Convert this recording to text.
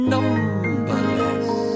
Numberless